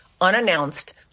unannounced